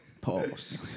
Pause